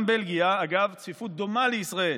גם בבלגיה, אגב, צפיפות דומה לישראל,